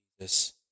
Jesus